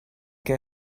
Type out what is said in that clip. que